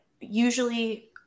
usually